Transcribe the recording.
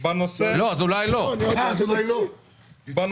לא על זה הוא פרש.